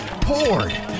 poured